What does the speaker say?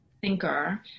thinker